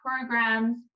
programs